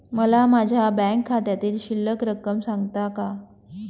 मला माझ्या बँक खात्यातील शिल्लक रक्कम सांगता का?